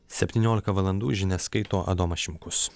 septyniolika valandų žinias skaito adomas šimkus